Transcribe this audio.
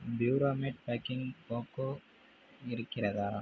பியூராமேட் baking cocoa இருக்கிறதா